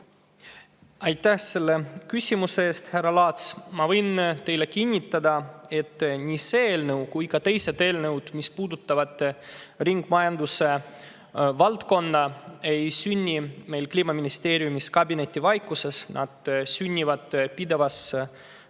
Aitäh selle küsimuse eest, härra Laats! Ma võin teile kinnitada, et nii see eelnõu kui ka teised eelnõud, mis puudutavad ringmajanduse valdkonda, ei sünni meil Kliimaministeeriumis kabinetivaikuses. Need sünnivad pidevas koostöös